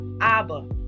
Abba